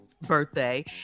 birthday